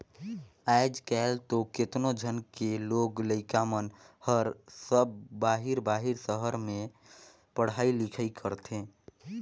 आयज कायल तो केतनो झन के लोग लइका मन हर सब बाहिर बाहिर सहर में पढ़ई लिखई करथे